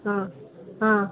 હાં હાં